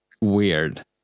weird